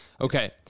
Okay